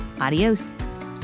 adios